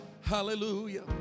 Hallelujah